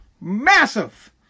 massive